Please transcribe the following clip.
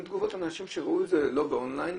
תגובות מאנשים שראו את זה לא באון ליין,